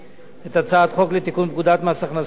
את הצעת החוק לתיקון פקודת מס הכנסה (מס'